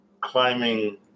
climbing